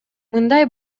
мындай